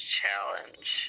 challenge